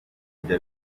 kujya